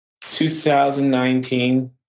2019